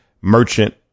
merchant